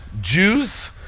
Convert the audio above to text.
Jews